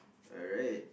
alright